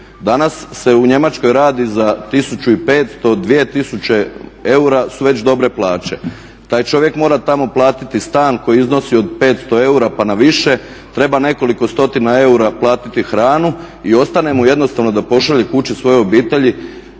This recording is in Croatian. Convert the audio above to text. Danas se u Njemačkoj radi za 1500, 2000 eura su već dobre plaće. Taj čovjek mora tamo platiti stan koji iznosi od 500 eura pa na više, treba nekoliko stotina eura platiti hranu i ostane mu jednostavno da pošalje kući svojoj obitelji